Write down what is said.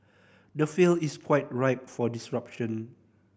the field is quite ripe for disruption